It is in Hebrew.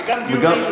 וגם דיון,